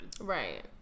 Right